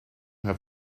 have